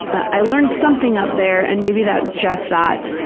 i learned something up there and maybe that's just that,